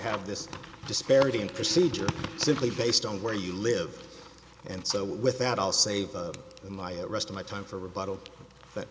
have this disparity in procedure simply based on where you live and so with that i'll save my rest of my time for rebuttal that